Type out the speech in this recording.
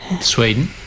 Sweden